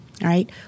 right